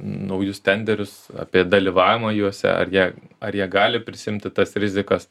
naujus tenderius apie dalyvavimą juose ar jie ar jie gali prisiimti tas rizikas